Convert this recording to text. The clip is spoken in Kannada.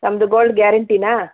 ನಮ್ದು ಗೋಲ್ಡ್ ಗ್ಯಾರೆಂಟಿನಾ